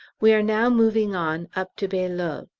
we are now moving on, up to bailleul.